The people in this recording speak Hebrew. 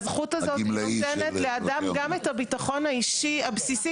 הזכות הזאת נותנת לאדם גם את הביטחון האישי הבסיסי,